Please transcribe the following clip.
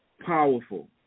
powerful